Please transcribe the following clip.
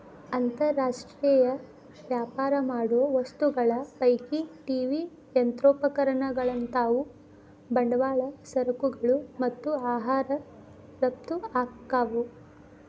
ಅಂತರ್ ರಾಷ್ಟ್ರೇಯ ವ್ಯಾಪಾರ ಮಾಡೋ ವಸ್ತುಗಳ ಪೈಕಿ ಟಿ.ವಿ ಯಂತ್ರೋಪಕರಣಗಳಂತಾವು ಬಂಡವಾಳ ಸರಕುಗಳು ಮತ್ತ ಆಹಾರ ರಫ್ತ ಆಕ್ಕಾವು